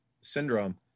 syndrome